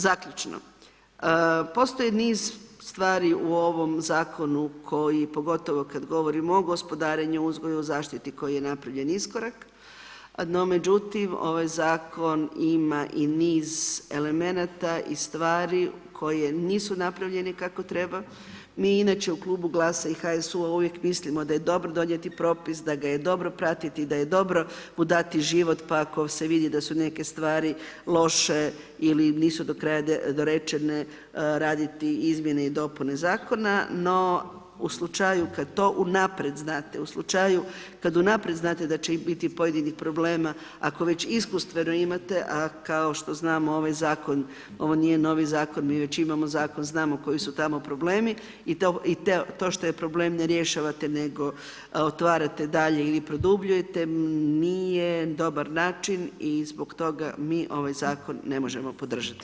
Zaključno, postoji niz stvari u ovom Zakonu koji, pogotovo kad govorimo o gospodarenju, uzgoju, zaštiti, koji je napravljen iskorak, no međutim ovaj Zakon ima i niz elemenata i stvari koje nisu napravljene kako treba, mi inače u Klubu GLAS-a i HSU-a uvijek mislimo da je dobro donijeti propis, da ga je dobro pratiti, da je dobro mu dati život pa ako se vidi da su neke stvari loše ili nisu do kraja dorečene, raditi izmjene i dopuna Zakona, no u slučaju kad to unaprijed znate, u slučaju kad unaprijed znate da će biti pojedinih problema, ako već iskustveno imate, a kao što znamo ovaj Zakon, ovo nije novi Zakon, mi već imamo Zakon, znamo koji su tamo problemi i to što je problem ne rješavate nego otvarate dalje ili produbljujete, nije dobar način i zbog toga mi ovaj Zakon ne možemo podržati.